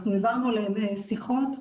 אנחנו העברנו להם שיחות.